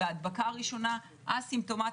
וההדבקה הראשונה א-סימפטומטית.